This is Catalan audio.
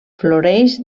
floreix